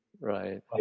Right